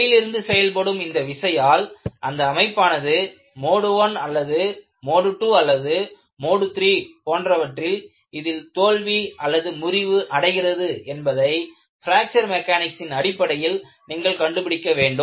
வெளியிலிருந்து செயல்படும் இந்த விசையினால் அந்த அமைப்பானது மோடு I அல்லது மோடு II அல்லது மோடு III போன்றவற்றில் இதில் தோல்வி முறிவு அடைகிறது என்பதை பிராக்ச்சர் மெக்கனிக்ஸின் அடிப்படையில் நீங்கள் கண்டுபிடிக்க வேண்டும்